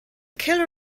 killer